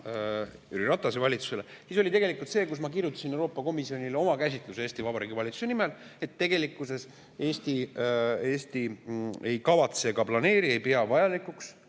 Jüri Ratase valitsusele, oli see, kus ma kirjutasin Euroopa Komisjonile oma käsitluse Eesti Vabariigi valitsuse nimel: tegelikkuses Eesti ei kavatse [luua] ega planeeri, ei pea vajalikuks